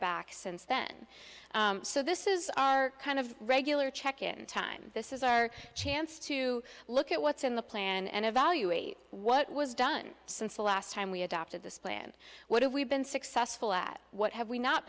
back since then so this is our kind of regular check in time this is our chance to look at what's in the plan and evaluate what was done since the last time we adopted this plan what have we been successful at what have we not